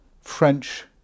French